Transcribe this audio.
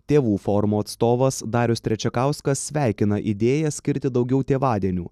tėvų forumo atstovas darius trečiakauskas sveikina idėją skirti daugiau tėvadienių